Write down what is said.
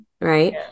right